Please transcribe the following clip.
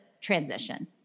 transition